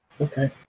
okay